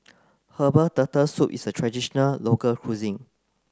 herbal turtle soup is a traditional local cuisine